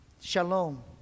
shalom